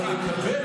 אבל לקבל